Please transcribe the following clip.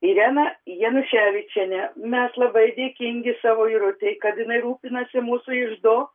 irena januševičienė mes labai dėkingi savo irutei kad jinai rūpinasi mūsų iždu